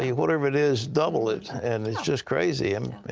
whatever it is, double it. and it's just crazy. um